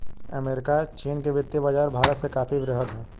America चीन के वित्तीय बाज़ार भारत से काफी वृहद हैं